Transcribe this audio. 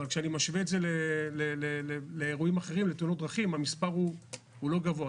אבל כשאני משווה את זה לתאונות דרכים המספר הוא לא גבוה.